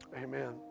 amen